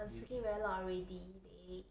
I'm speaking very long already babe